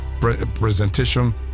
presentation